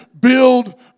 build